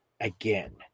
again